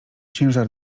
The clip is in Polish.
ciężar